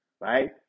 Right